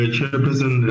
Chairperson